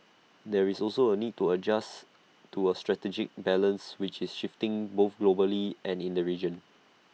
there is also A need to adjust to A strategic balance which is shifting both globally and in the region